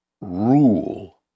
rule